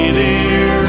dear